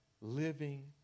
living